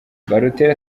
balotelli